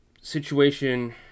situation